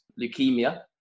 leukemia